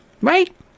right